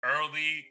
early